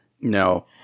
no